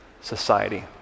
society